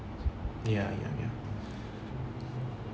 ya ya ya